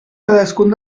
cadascun